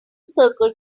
circle